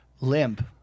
Limp